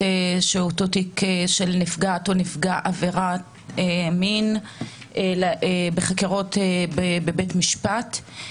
שאותו תיק של נפגעת או נפגע עבירת מין בחקירות בבית משפט.